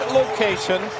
location